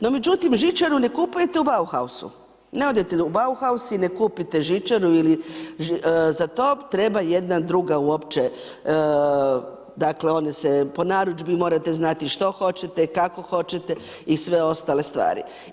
No međutim žičaru ne kupujete u Bauhausu, ne odete u Bauhaus i ne kupite žičaru ili za to vam treba jedna druga uopće, po narudžbi morate znati što hoćete, kako hoćete i sve ostale stvari.